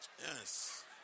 Yes